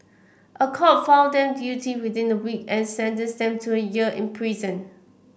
a court found them guilty within a week and sentenced them to a year in prison